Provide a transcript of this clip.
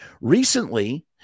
recently